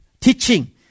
teaching